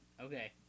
okay